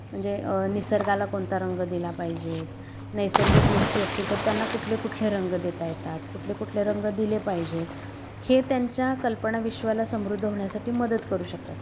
म्हणजे निसर्गाला कोणता रंग दिला पाहिजे आहेत नैसर्गिक गोष्टी असतील तर त्यांना कुठले कुठले रंग देता येतात कुठले कुठले रंग दिले पाहिजे आहेत हे त्यांच्या कल्पनाविश्वला समृद्ध होण्यासाठी मदत करू शकतात